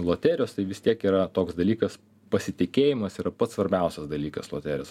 loterijos tai vis tiek yra toks dalykas pasitikėjimas yra pats svarbiausias dalykas loterijos